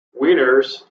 winners